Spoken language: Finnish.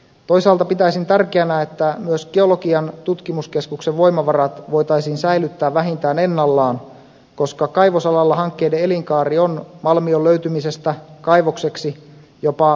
toisaalta pitäisin tärkeänä että myös geologian tutkimuskeskuksen voimavarat voitaisiin säilyttää vähintään ennallaan koska kaivosalalla hankkeiden elinkaari malmion löytymisestä kaivokseksi on jopa parikymmentä vuotta